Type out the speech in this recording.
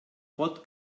pot